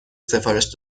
سفارش